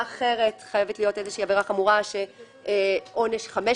אחרת חייבת להיות עבירה חמורה שעונשה 7